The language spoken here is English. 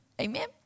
Amen